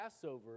Passover